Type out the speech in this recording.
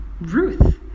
Ruth